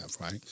right